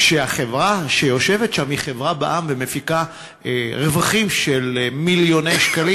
כשהחברה שיושבת שם היא חברה בע"מ ומפיקה רווחים של מיליוני שקלים.